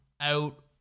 out